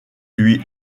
lui